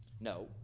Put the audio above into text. No